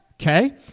okay